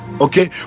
okay